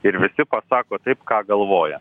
ir visi pasako taip ką galvoja